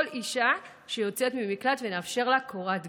אישה שיוצאת ממקלט ונאפשר לה קורת גג.